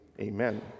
Amen